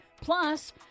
Plus